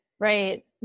Right